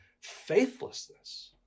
faithlessness